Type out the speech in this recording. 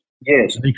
Yes